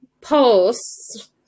posts